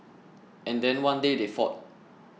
and then one day they fought